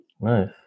Nice